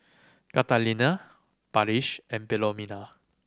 Catalina Parrish and Philomena